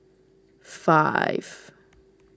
five